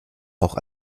auch